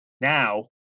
Now